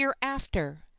hereafter